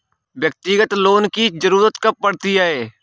व्यक्तिगत लोन की ज़रूरत कब पड़ती है?